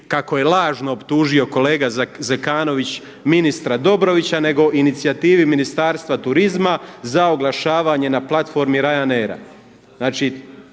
kako je lažno optužio kolega Zekanović ministra Dobrovića nego inicijativi Ministarstva turizma za oglašavanje na platformi Ryanair.